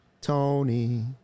Tony